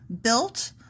built